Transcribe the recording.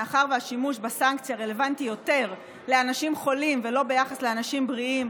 מאחר שהשימוש בסנקציה רלוונטי יותר לאנשים חולים ולא לאנשים בריאים,